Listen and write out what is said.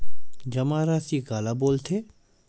जमा राशि काला बोलथे?